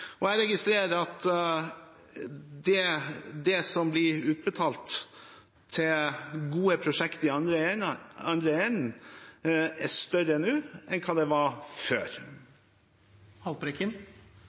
Jeg registrerer også at det beløpet som blir utbetalt til gode prosjekt i den andre enden, er større nå enn